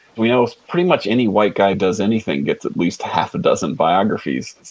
we know as pretty much any white guy does anything gets at least half a dozen biographies.